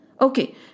Okay